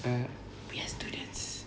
err we are students